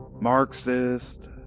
Marxist